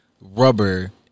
rubber